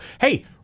hey